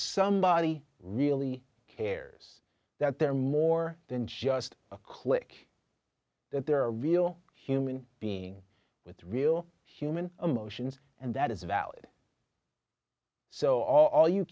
somebody really cares that they're more than just a click that there are real human being with real human emotions and that is valid so all you